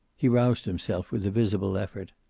he roused himself with a visible effort.